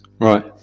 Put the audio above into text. Right